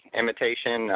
imitation